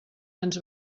ens